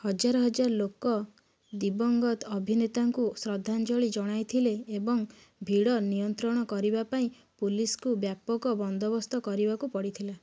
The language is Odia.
ହଜାର ହଜାର ଲୋକ ଦିବଂଗତ ଅଭିନେତାଙ୍କୁ ଶ୍ରଦ୍ଧାଞ୍ଜଳି ଜଣାଇଥିଲେ ଏବଂ ଭିଡ଼ ନିୟନ୍ତ୍ରଣ କରିବା ପାଇଁ ପୋଲିସକୁ ବ୍ୟାପକ ବନ୍ଦୋବସ୍ତ କରିବାକୁ ପଡ଼ିଥିଲା